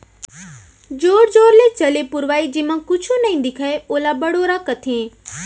जोर जोर ल चले पुरवाई जेमा कुछु नइ दिखय ओला बड़ोरा कथें